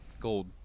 gold